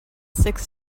six